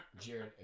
Jared